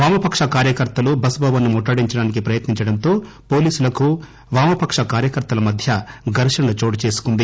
వామపక్ష కార్యకర్తలు బస్ భవన్ ను ముట్లడించడానికి ప్రయత్నించడంతో పోలీసులకు వామపక్ష కార్యకర్తల మధ్య ఘర్షణ చోటుచేసుకుంది